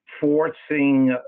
Forcing